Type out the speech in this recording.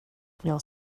jag